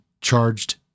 charged